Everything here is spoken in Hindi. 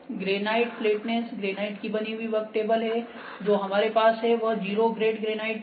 ग्रेनाइट फ्लैटनेस ग्रेनाइट की बनी हुई वर्क टेबल है जो हमारे पास है वह जीरो ग्रेड ग्रेनाइट है